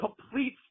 Complete